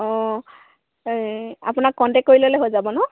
অঁ এই আপোনাক কণ্টেকট কৰি ল'লে হৈ যাব ন